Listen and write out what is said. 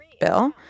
Bill